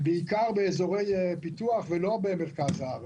ובעיקר באזורי פיתוח ולא במרכז הארץ,